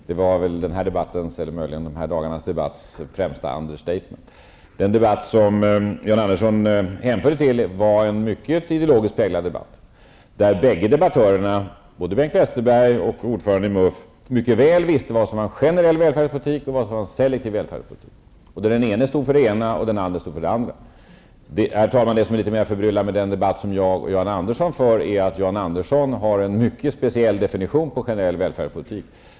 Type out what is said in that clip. Det var väl denna debatts, eller möjligen dessa dagars debatts, främsta Den debatt som Jan Andersson hänvisade till var en mycket ideologiskt präglad debatt, där bägge debattörerna, både Bengt Westerberg och ordföranden i MUF, mycket väl visste vad som var en generell välfärdspolitik och vad som var en selektiv välfärdspolitik. Den ena stod för det ena, och den andra stod för det andra. Herr talman! Det som är litet mer förbryllande med den debatt som jag och Jan Andersson för är att Jan Andersson har en mycket speciell definition på generell välfärdspolitik.